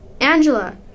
Angela